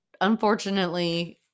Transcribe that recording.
unfortunately –